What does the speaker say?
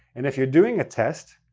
and if you're doing a test,